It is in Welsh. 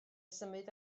symud